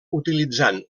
utilitzant